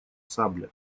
сабля